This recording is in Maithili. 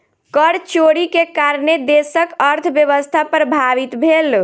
कर चोरी के कारणेँ देशक अर्थव्यवस्था प्रभावित भेल